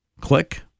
click